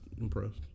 impressed